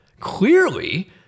clearly